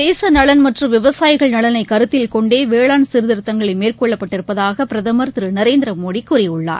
தேசநலன் மற்றும் விவசாயிகள் நலனை கருத்தில் கொண்டே வேளாண் சீர்திருத்தங்கள மேற்கொள்ள பட்டிருப்பதாக பிரதமர் திரு நரேந்திரமோடி கூறியுள்ளார்